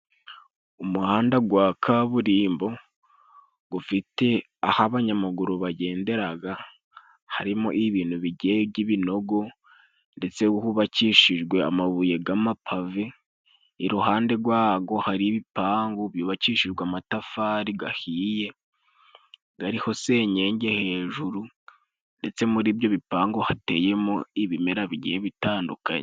Umuhanda gwa kaburimbo gufite aho abanyamaguru bagenderaga, harimo ibintu bigiye jy'ibinogo ndetse hubakishijwe amabuye g'amapave, iruhande gwagwo hari ibipangu byubakishijwe amatafari gahiye gariho senyenge hejuru ndetse muri byo bipangu hateyemo ibimera bigiye bitandukanye.